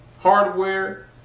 hardware